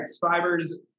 fibers